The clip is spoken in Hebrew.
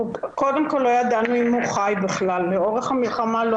קודם כל לא ידענו אם הוא חי בכלל, לאורך המלחמה לא